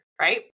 right